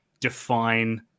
define